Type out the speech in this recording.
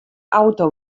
auto